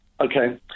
okay